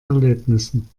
erlebnissen